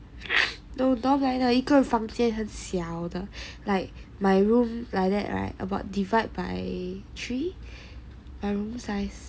though dorm 来的一个房间很小的 like my room like that right about divide by three 的 room size